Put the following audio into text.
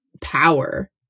power